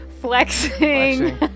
flexing